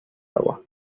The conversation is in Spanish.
agua